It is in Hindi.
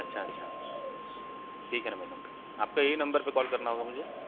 अच्छा अच्छा ठीक है न मैडम आपका यही नम्बर पर कॉल करना होगा मुझे